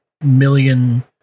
million